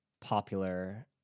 popular